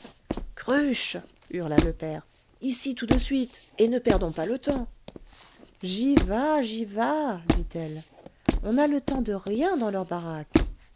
cruche hurla le père ici tout de suite et ne perdons pas le temps j'y vas j'y vas dit-elle on n'a le temps de rien dans leur baraque